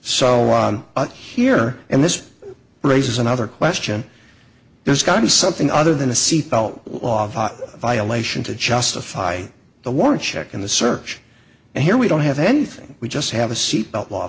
so up here and this raises another question there's got to be something other than a seatbelt law violation to justify the warrant check in the search and here we don't have anything we just have a seat belt law